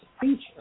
feature